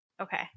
Okay